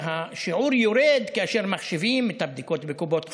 שהשיעור יורד כאשר מחשבים את הבדיקות בקופות חולים,